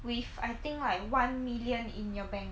with I think like one million in your bank